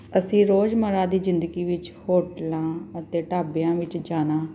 ਅਸੀਂ ਰੋਜ਼ਮਰਾ ਦੀ ਜ਼ਿੰਦਗੀ ਵਿੱਚ ਹੋਟਲਾਂ ਅਤੇ ਢਾਬਿਆਂ ਵਿੱਚ ਜਾਣਾ